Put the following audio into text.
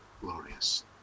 glorious